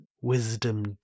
wisdom